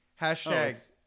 Hashtag